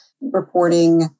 reporting